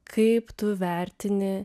kaip tu vertini